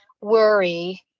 worry